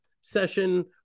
session